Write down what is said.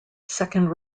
second